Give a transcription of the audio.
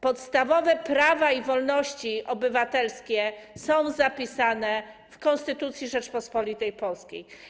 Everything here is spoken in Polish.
Podstawowe prawa i wolności obywatelskie są zapisane w Konstytucji Rzeczypospolitej Polskiej.